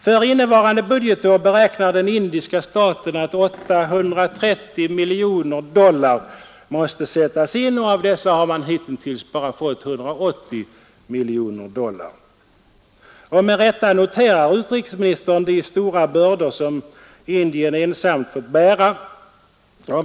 För innevarande budgetår beräknar den indiska regeringen att 830 miljoner dollar måste sättas in, men av dessa har man hittills bara fått 180 miljoner dollar. Med rätta noterar utrikesministern de stora bördor som Indien ensamt måste bära.